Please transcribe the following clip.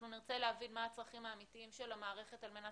אנחנו נרצה להבין מה הצרכים האמתיים של המערכת על-מנת